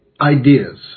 ideas